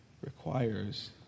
requires